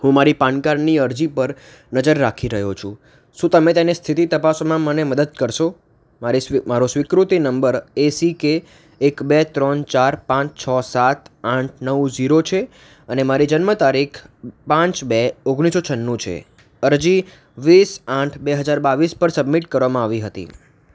હું મારી પાનકાર્ડની અરજી પર નજર રાખી રહ્યો છું શું તમે તેને સ્થિતિ તપાસવામાં મને મદદ કરશો મારી સ્વી મારો સ્વીકૃતિ નંબર એ સી કે એક બે ત્રણ ચાર પાંચ છ સાત આઠ નવ ઝીરો છે અને મારી જન્મ તારીખ પાંચ બે ઓગણીસસો છન્નું છે અરજી વીસ આઠ બે હજાર બાવીસ પર સબમિટ કરવામાં આવી હતી